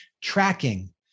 Tracking